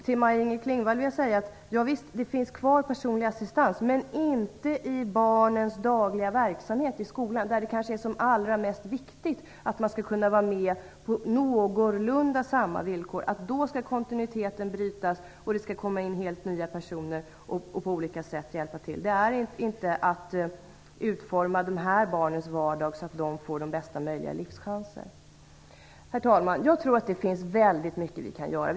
Till Maj-Inger Klingvall vill jag säga att visst finns personlig assistans kvar, men inte i barnens dagliga verksamhet i skolan. Det är kanske där det är som allra mest viktigt att man kan vara med på någorlunda samma villkor. Att då bryta kontinuiteten och ta in helt nya personer för att hjälpa till på olika sätt är inte att utforma dessa barns vardag så att de får den bästa möjliga livschansen. Herr talman! Jag tror att det finns väldigt mycket vi kan göra.